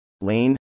lane